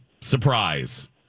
Surprise